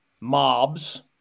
mobs